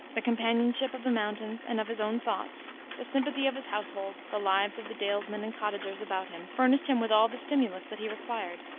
the companionship of the mountains and of his own thoughts the sympathy of his household the lives of the dalesmen and cottagers about him furnished him with all the stimulus that he required.